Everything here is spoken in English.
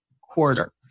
Quarter